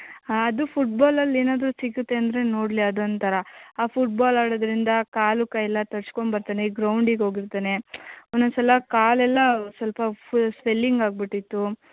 ಹಾಂ ಅದು ಫುಟ್ಬಾಲಲ್ಲಿ ಏನಾದರೂ ಸಿಗುತ್ತೆ ಅಂದರೆ ನೋಡಲಿ ಅದೊಂಥರ ಆ ಫುಟ್ಬಾಲ್ ಆಡೋದ್ರಿಂದ ಆ ಕಾಲು ಕೈ ಎಲ್ಲ ತರ್ಚ್ಕೊಂಡ್ ಬರ್ತಾನೆ ಗ್ರೌಂಡಿಗೆ ಹೋಗಿರ್ತಾನೆ ಒಂದೊಂದು ಸಲ ಕಾಲೆಲ್ಲ ಸ್ವಲ್ಪ ಫುಲ್ ಸ್ವೆಲ್ಲಿಂಗ್ ಆಗಿಬಿಟ್ಟಿತ್ತು